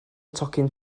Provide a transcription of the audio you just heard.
tocyn